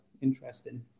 interesting